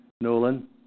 Nolan